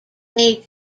made